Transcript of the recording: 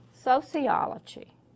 sociology